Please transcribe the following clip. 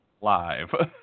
live